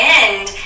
end